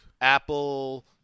apple